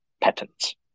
patents